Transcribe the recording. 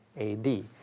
AD